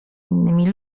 innymi